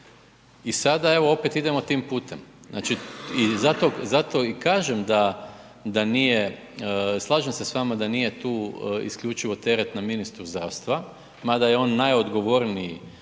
I sada evo opet idemo tim putem. Znači, i zato, zato i kažem da, da nije, slažem se s vama da nije tu isključivo teret na ministru zdravstva, mada je on najodgovorniji